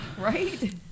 Right